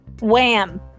Wham